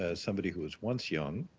ah somebody who was once young,